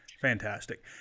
Fantastic